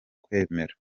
kwemera